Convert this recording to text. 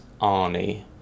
Arnie